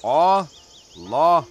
o lo